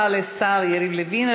תודה רבה לשר יריב לוין.